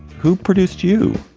who produced you,